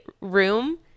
room